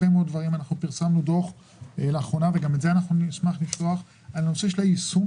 פרסמנו דוח לאחרונה על הנושא של היישום